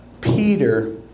Peter